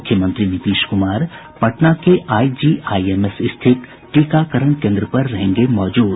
मुख्यमंत्री नीतीश कुमार पटना के आईजीआईएमएस स्थित टीकाकरण केन्द्र पर रहेंगे मौजूद